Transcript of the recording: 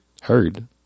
Heard